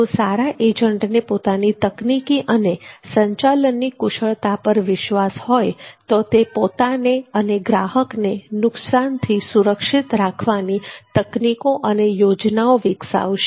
જો સારા એજન્ટને પોતાની તકનીકી અને સંચાલનની કુશળતા પર વિશ્વાસ હોય તો તે પોતાને અને ગ્રાહકને નુકસાનથી સુરક્ષિત રાખવા તકનીકો અને યોજનાઓ વિકસાવશે